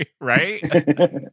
right